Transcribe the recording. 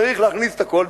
צריך להכניס את הכול,